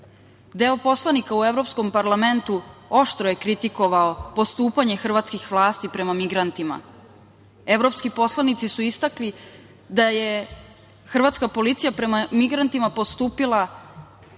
BiH.Deo poslanika u Evropskom parlamentu oštro je kritikovao postupanje hrvatskih vlasti prema migrantima. Evropski poslanici su istakli da je hrvatska policija prema migrantima postupila